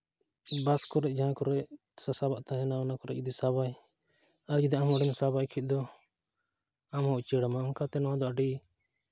ᱵᱟᱥ ᱠᱚᱨᱮ ᱡᱟᱦᱟᱸ ᱠᱚᱨᱮ ᱥᱟᱼᱥᱟᱵᱟᱵᱟᱜ ᱛᱟᱦᱮᱱᱟ ᱚᱱᱟ ᱠᱚᱨᱮ ᱡᱩᱫᱤ ᱥᱟᱵᱟᱭ ᱟᱨ ᱡᱩᱫᱤ ᱟᱢᱦᱚᱸ ᱚᱸᱰᱮᱢ ᱥᱟᱵᱟ ᱮᱱᱠᱷᱟᱡᱽ ᱫᱚ ᱟᱢᱦᱚᱸ ᱩᱪᱟᱹᱲᱟᱢᱟ ᱚᱱᱠᱟᱛᱮ ᱱᱚᱣᱟ ᱫᱚ ᱟᱹᱰᱤ